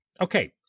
Okay